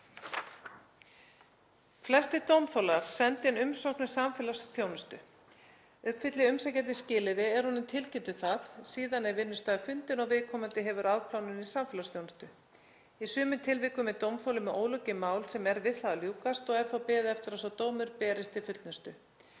Flestir dómþolar senda inn umsögn um samfélagsþjónustu. Uppfylli umsækjandi skilyrði er honum tilkynnt það. Síðan er vinnustaður fundinn og viðkomandi hefur afplánun í samfélagsþjónustu. Í sumum tilvikum er dómþoli með ólokið mál sem er við það að ljúkast og er beðið eftir að sá dómur berist til fullnustu.